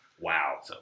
Wow